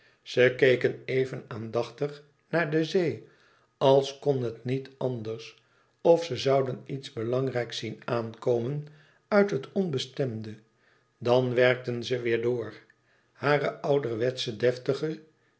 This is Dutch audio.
ze keken even aandachtig naar de zee als kon het niet anders of ze zouden iets belangrijks zien aankomen uit het onbestemde dan werkten ze weêr door hare ouderwetsche deftige